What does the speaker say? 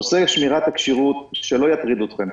נושא שמירת הכשירות שלא יטריד אתכם.